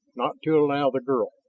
not to allow the girl,